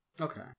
Okay